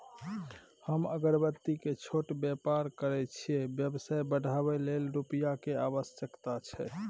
हम अगरबत्ती के छोट व्यापार करै छियै व्यवसाय बढाबै लै रुपिया के आवश्यकता छै?